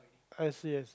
I_C_S